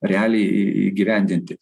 realiai įgyvendinti